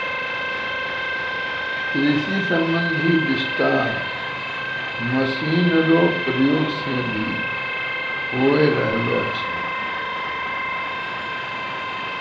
कृषि संबंधी विस्तार मशीन रो प्रयोग से भी होय रहलो छै